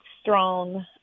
strong